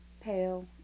pale